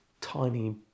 tiny